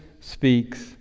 speaks